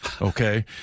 okay